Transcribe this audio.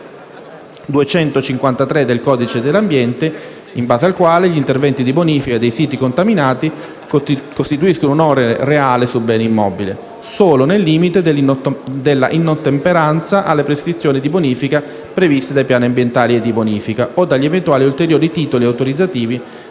253 del codice dell'ambiente - in base al quale gli interventi di bonifica dei siti contaminati costituiscono un onere reale sul bene immobile - solo nel limite della inottemperanza alle prescrizioni di bonifica previste dai piani ambientali e di bonifica o dagli eventuali ulteriori titoli autorizzativi